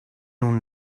nun